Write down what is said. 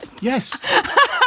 Yes